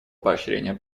поощрения